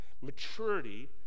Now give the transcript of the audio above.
maturity